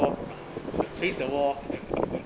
ah